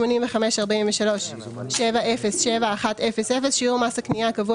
בפרט 85.43.707100 שיעור מס הקניה הקבוע